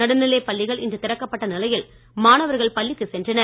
நடுநிலைப் பள்ளிகள் இன்று திறக்கப்பட்ட நிலையில் மாணவர்கள் பள்ளிக்கு சென்றனர்